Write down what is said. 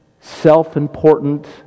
self-important